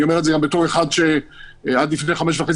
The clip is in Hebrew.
אני אומר את זה גם בתור אחד שעד לפני חמש וחצי